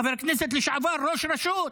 חבר הכנסת לשעבר, ראש רשות,